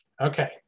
Okay